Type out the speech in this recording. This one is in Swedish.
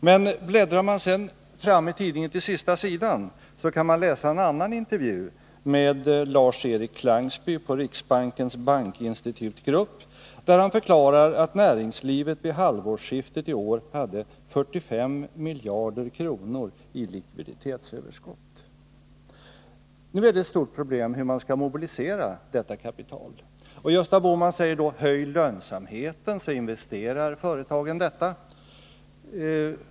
Men bläddrar man sedan fram till sista sidan kan man läsa en annan intervju, med Lars-Erik Klangby på riksbankens bankinstitutgrupp, där han förklarar att näringslivet vid halvårsskiftet i år hade 45 miljarder kronor i likviditetsöverskott. Nu var det ett stort problem hur man skulle mobilisera detta kapital. Gösta Bohman säger då: Höj lönsamheten, så investerar företagen!